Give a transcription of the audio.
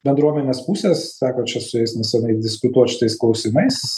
bendruomenės pusės teko čia su jais nesenai diskutuot šitais klausimais